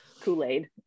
kool-aid